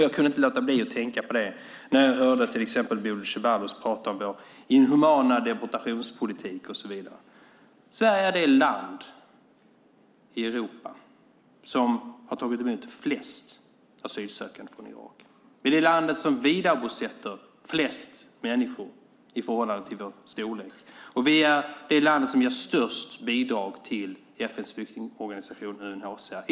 Jag kunde inte låta bli att tänka på det när jag hörde till exempel Bodil Ceballos prata om vår inhumana deportationspolitik och så vidare. Sverige är det land i Europa som har tagit emot flest asylsökande från Irak. Vi är det land som vidarebosätter flest människor i förhållande till vår storlek. Vi är det land som ger mest bidrag till FN:s flyktingorganisation UNHCR.